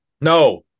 No